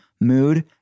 mood